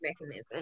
mechanism